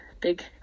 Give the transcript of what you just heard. big